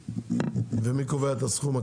מי קובע את הסכום?